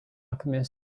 alchemist